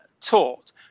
taught